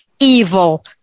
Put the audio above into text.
evil